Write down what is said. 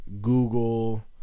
Google